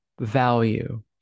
value